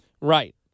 Right